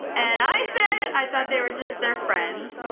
and i said i thought they were just their friends.